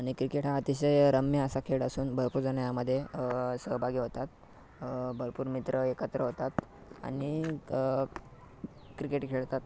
आणि क्रिकेट हा अतिशय रम्य असा खेळ असून भरपूर जण यामध्ये सहभागी होतात भरपूर मित्र एकत्र होतात आणि क्रिकेट खेळतात